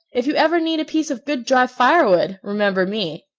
if you ever need a piece of good dry firewood, remember me.